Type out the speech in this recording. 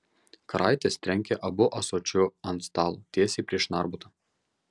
karaitis trenkė abu ąsočiu ant stalo tiesiai prieš narbutą